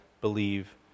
believe